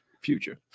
future